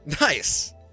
Nice